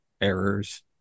errors